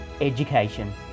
education